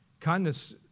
Kindness